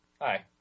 Hi